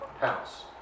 house